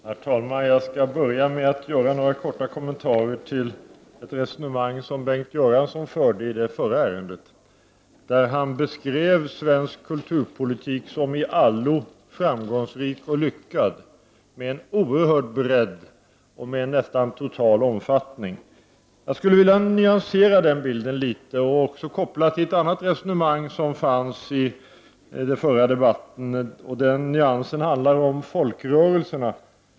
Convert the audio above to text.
Herr talman! Jag skall börja med att göra några kommentarer till det resonemang som Bengt Göransson förde i det förra ärendet, där han beskrev svensk kulturpolitik som i allo framgångsrik och lyckad med en oerhörd bredd och nästan total omfattning. Jag skall nyansera den bilden litet och koppla till ett annat resonemang från den förra debatten. Det handlar om folkrörelserna.